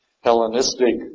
Hellenistic